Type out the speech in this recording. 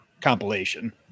compilation